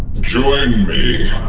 join me.